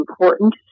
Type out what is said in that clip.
important